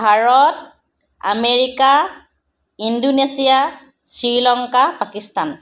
Bharat America Indonesia Sri Lanka Pakistan